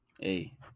hey